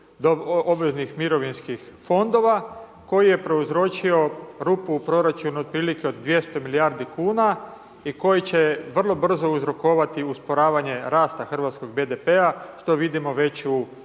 obveznih mirovinskih fondova koji je prouzročio rupu u proračunu otprilike od 200 milijardi kuna i koji će vrlo brzo uzrokovati usporavanje rasta hrvatskog BDP-a, što vidimo već u